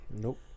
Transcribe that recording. Nope